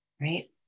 right